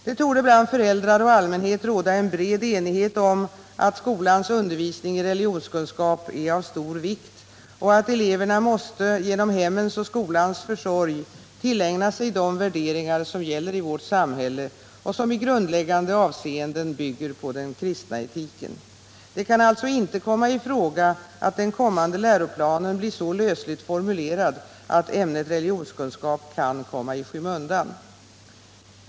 Det torde bland föräldrar och allmänhet råda en bred enighet om att skolans undervisning i religionskunskap är av stor vikt och att eleverna måste, genom hemmens och skolans försorg, tillägna sig de värderingar som gäller i vårt samhälle och som i grundläggande avseenden bygger på den kristna etiken. Det kan alltså inte komma i fråga att den kommande läroplanen blir så lösligt formulerad att ämnet religionskunskap kan komma i skymundan.